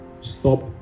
stop